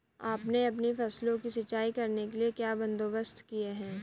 आपने अपनी फसलों की सिंचाई करने के लिए क्या बंदोबस्त किए है